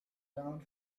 bound